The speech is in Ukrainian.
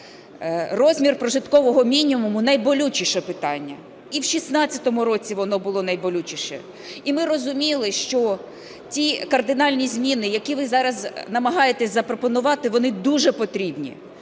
Розмір прожиткового мінімуму – найболючіше питання. І в 16-му році воно було найболючішим. І ми розуміли, що ті кардинальні зміни, які ви зараз намагаєтесь запропонувати, вони дуже потрібні,